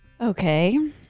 Okay